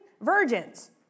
virgins